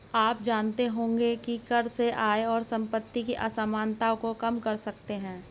आप जानते होंगे की कर से आय और सम्पति की असमनताओं को कम कर सकते है?